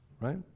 right